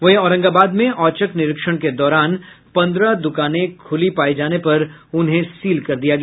वहीं औरंगाबाद में औचक निरीक्षण के दौरान पंद्रह दुकान खुली पाये जाने पर उन्हें सील कर दिया गया